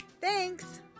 Thanks